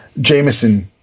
Jameson